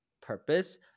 purpose